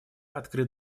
открыт